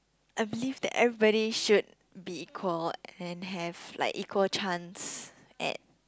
I believe that everybody should be equal and have like equal chance at